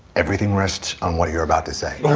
everything rests on what you're about to say.